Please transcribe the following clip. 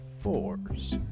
fours